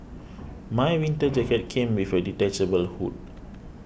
my winter jacket came with a detachable hood